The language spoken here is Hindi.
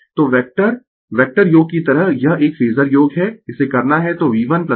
तो वैक्टर वैक्टर योग की तरह यह एक फेजर योग है इसे करना है तो V1 V2V3 I